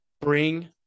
Bring